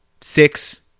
six